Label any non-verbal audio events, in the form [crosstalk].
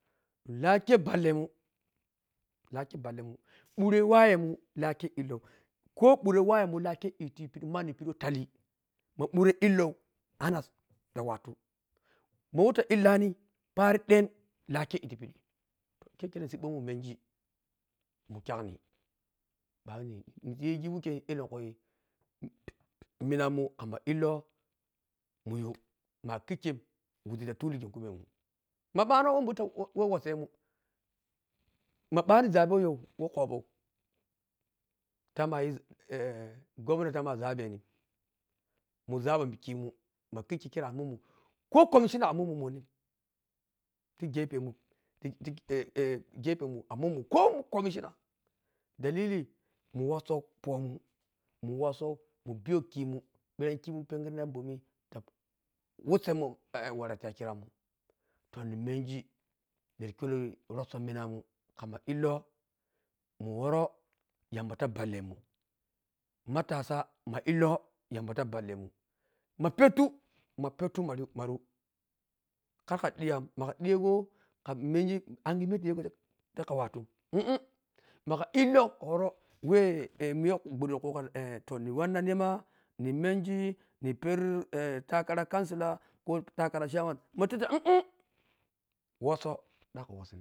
Lakha ballemun lahkhe ballemun dure wah wawwe mun lahkhe illoh ko bhure wawwemun lahkhae illighe ta pishi wah tali ma bhure illoh anas ta watu mawah ta illahni panni dhan lahkhe dhighe ti pishi khidhen sibba wah munmengi mukyak ni muyigi wakhe illenkhu minamun mu lilloh muyu ma’a khikkhe wizi ta tuli ging khumemun ma bwanowah buta wasamun ma bwantio zabe wahyho wah lhohho ta mayhi governi ta mua zabhenin mu zabho khemun ma kikkho khere arimunmei ko commisiona a muamun monny ko commisiona dalili muwoso mubihyo fomen muwoso mubiyho khuimun bhiran khimun pingirma ta wussanmun wara ta khiramunre to nimenge na kyoloroso minamun kham illoh muworo yamba ya ballemun matasa ma illoh yamba ta ba ilemun ma petu ma petu maru maru kharka dhiyam ma kha dhigho wtamenge anaye me ya wah ta tabeghi kharkan way [hesitation] meya wah gudhe ta khugho [hesitation] niwanna nima numenge ni parr [hesitation] takara counsilar ko takara chariman ma teta [hesitation] woso dhakhun woso.